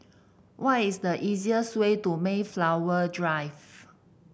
what is the easiest way to Mayflower Drive